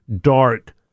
dark